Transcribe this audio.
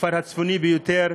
הכפר הצפוני ביותר